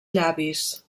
llavis